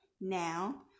Now